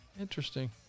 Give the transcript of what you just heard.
interesting